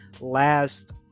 last